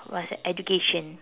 what's that education